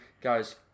guys